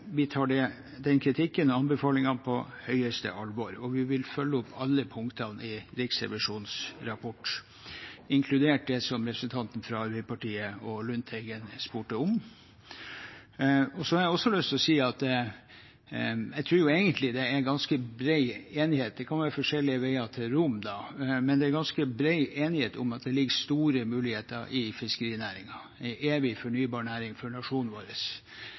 kritikken og anbefalingene på høyeste alvor, og vi vil følge opp alle punktene i Riksrevisjonens rapport, inkludert det som representanten fra Arbeiderpartiet og representanten Lundteigen spurte om. Jeg har også lyst til å si at jeg tror det egentlig er ganske bred enighet. Det kan være forskjellige veier til Rom, men det er ganske bred enighet om at det ligger store muligheter i fiskerinæringen – en evig fornybar næring for nasjonen vår,